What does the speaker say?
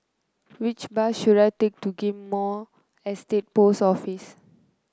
which bus should I take to Ghim Moh Estate Post Office